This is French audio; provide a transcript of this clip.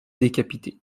décapité